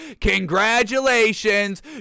congratulations